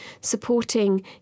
supporting